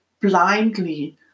blindly